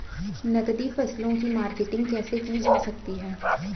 नकदी फसलों की मार्केटिंग कैसे की जा सकती है?